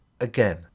again